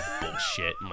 bullshit